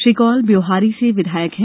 श्री कौल ब्योहारी से विधायक हैं